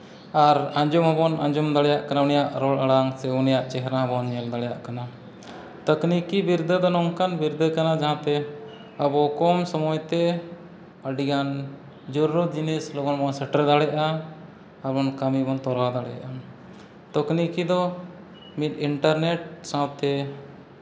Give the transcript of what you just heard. ᱟᱨ ᱟᱸᱡᱚᱢ ᱦᱚᱸ ᱵᱚᱱ ᱟᱸᱡᱚᱢ ᱫᱟᱲᱮᱭᱟᱜ ᱠᱟᱱᱟ ᱩᱱᱤᱭᱟᱜ ᱨᱚᱲ ᱟᱲᱟᱝ ᱥᱮ ᱩᱱᱤᱭᱟᱜ ᱪᱮᱦᱨᱟ ᱵᱚᱱ ᱧᱮᱞ ᱫᱟᱲᱮᱭᱟᱜ ᱠᱟᱱᱟ ᱛᱟᱹᱠᱱᱤᱠᱤ ᱵᱤᱨᱫᱟᱹ ᱫᱚ ᱱᱚᱝᱠᱟᱱ ᱵᱤᱨᱫᱟᱹ ᱠᱟᱱᱟ ᱡᱟᱦᱟᱸᱛᱮ ᱟᱵᱚ ᱠᱚᱢ ᱥᱚᱢᱚᱭᱛᱮ ᱟᱹᱰᱤ ᱜᱟᱱ ᱡᱚᱨᱩᱨᱟᱛ ᱡᱤᱱᱤᱥ ᱞᱚᱜᱚᱱ ᱵᱚᱱ ᱥᱮᱴᱮᱨ ᱫᱟᱲᱮᱭᱟᱜᱼᱟ ᱟᱨ ᱵᱚᱱ ᱠᱟᱹᱢᱤ ᱵᱚᱱ ᱛᱚᱨᱟᱣ ᱫᱟᱲᱮᱭᱟᱜᱼᱟ ᱛᱟᱹᱠᱱᱤᱠᱤ ᱫᱚ ᱢᱤᱫ ᱤᱱᱴᱟᱨᱱᱮᱴ ᱥᱟᱶᱛᱮ